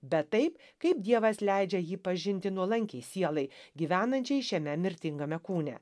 bet taip kaip dievas leidžia jį pažinti nuolankiai sielai gyvenančiai šiame mirtingame kūne